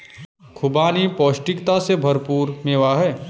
खुबानी पौष्टिकता से भरपूर मेवा है